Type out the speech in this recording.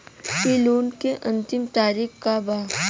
इ लोन के अन्तिम तारीख का बा?